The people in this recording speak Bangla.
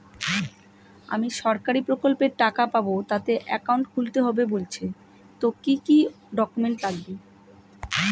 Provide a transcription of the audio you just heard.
আমি সরকারি প্রকল্পের টাকা পাবো তাতে একাউন্ট খুলতে হবে বলছে তো কি কী ডকুমেন্ট লাগবে?